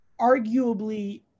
arguably